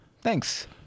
Thanks